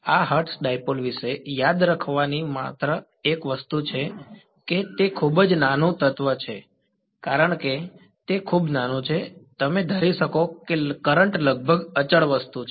આ Hertz dipole વિશે યાદ રાખવાની એકમાત્ર વસ્તુ એ છે કે તે ખૂબ જ નાનું કરંટ નું તત્વ હતું અને કારણ કે તે ખૂબ નાનું છે તમે ધારી શકો છો કે કરંટ લગભગ અચળ વસ્તુ છે